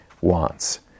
wants